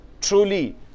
truly